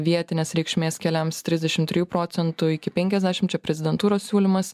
vietinės reikšmės keliams trisdešim trijų procentų iki penkiasdešim čia prezidentūros siūlymas